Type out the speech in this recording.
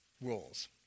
rules